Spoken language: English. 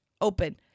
open